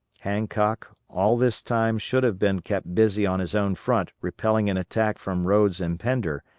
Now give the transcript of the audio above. hancock, all this time should have been kept busy on his own front repelling an attack from rodes and pender,